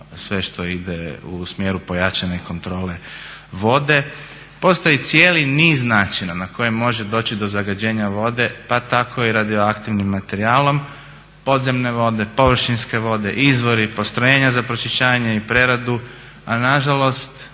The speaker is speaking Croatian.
sve što ide u smjeru pojačane kontrole vode. Postoji cijeli niz načina na koji može doći da zagađenja vode pa tako i radioaktivnim materijalom, podzemne vode, površinske vode, izvori, postrojenja za pročišćavanje i preradu a nažalost